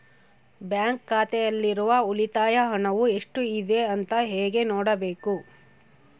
Bank ಖಾತೆಯಲ್ಲಿರುವ ಉಳಿತಾಯ ಹಣವು ಎಷ್ಟುಇದೆ ಅಂತ ಹೇಗೆ ನೋಡಬೇಕು?